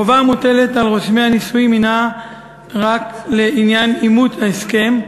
החובה המוטלת על רושמי הנישואים הנה רק לעניין אימות ההסכם,